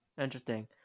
Interesting